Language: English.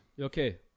Okay